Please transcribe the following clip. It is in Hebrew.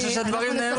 אילן.